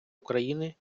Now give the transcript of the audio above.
україни